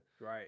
right